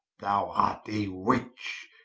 thou art a witch,